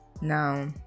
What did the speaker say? Now